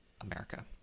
America